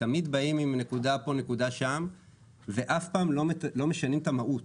תמיד באים עם נקודה פה ונקודה שם ואף פעם לא משנים את המהות,